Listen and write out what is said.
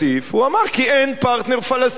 הוא אמר: כי אין פרטנר פלסטיני.